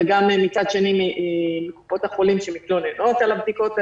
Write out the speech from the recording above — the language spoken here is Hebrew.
וגם מצד שני מקופות החולים שמתלוננות על הבדיקות האלה.